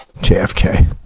JFK